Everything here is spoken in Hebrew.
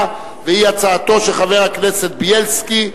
והיא הצעתו של חבר הכנסת זאב בילסקי,